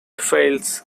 fails